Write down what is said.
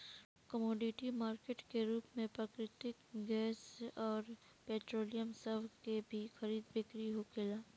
commodity market के रूप में प्राकृतिक गैस अउर पेट्रोलियम सभ के भी खरीद बिक्री होखेला